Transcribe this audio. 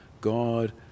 God